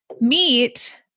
Meet